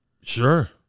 Sure